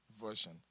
version